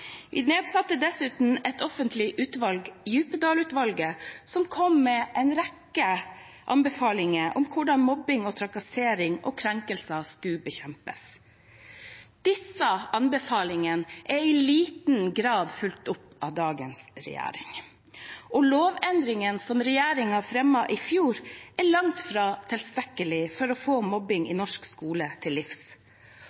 Vi nedsatte dessuten et offentlig utvalg, Djupedal-utvalget, som kom med en rekke anbefalinger om hvordan mobbing, trakassering og krenkelser skulle bekjempes. Disse anbefalingene er i liten grad fulgt opp av dagens regjering, og lovendringene som regjeringen fremmet i fjor, er langt fra tilstrekkelig for å komme mobbing i